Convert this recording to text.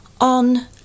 on